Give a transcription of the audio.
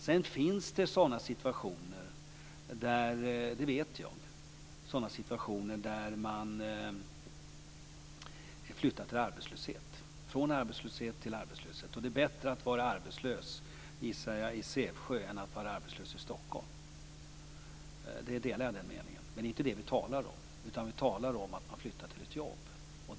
Sedan finns det situationer - det vet jag - där man flyttar från arbetslöshet till arbetslöshet. Det är bättre att vara arbetslös, gissar jag, i Sävsjö än att vara arbetslös i Stockholm. Jag delar den uppfattningen, men det är inte det vi talar om. Vi talar om att man flyttar till ett jobb.